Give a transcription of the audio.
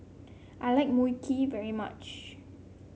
I like Mui Kee very much